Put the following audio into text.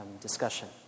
discussion